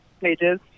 pages